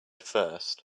first